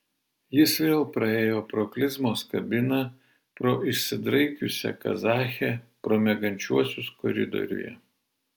jis vėl praėjo pro klizmos kabiną pro išsidraikiusią kazachę pro miegančiuosius koridoriuje